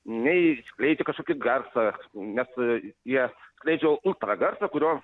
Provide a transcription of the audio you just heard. nei skleidžia kažkokį garsą nes jie skleidžia ultragarsą kurio